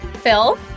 Phil